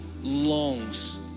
longs